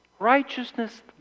Righteousness